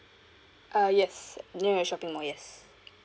uh yes near a shopping mall yes